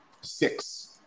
Six